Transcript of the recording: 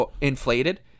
inflated